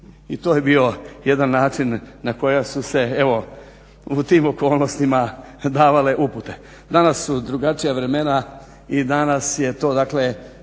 I to je bio jedan način na koji su se evo u tim okolnostima davale upute. Danas su drugačija vremena i danas je to dakle